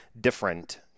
different